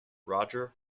roger